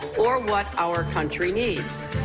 or what our country needs.